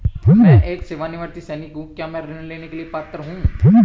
मैं एक सेवानिवृत्त सैनिक हूँ क्या मैं ऋण लेने के लिए पात्र हूँ?